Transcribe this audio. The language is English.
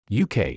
UK